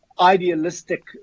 idealistic